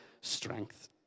strength